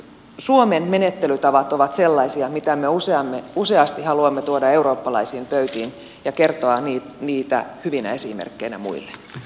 suomen menettelytavat ovat sellaisia mitä me useasti haluamme tuoda eurooppalaisiin pöytiin ja kertoa niitä hyvinä esimerkkeinä muille